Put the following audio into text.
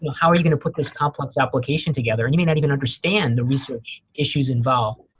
how are you gonna put this complex application together? and you may not even understand the research issues involved.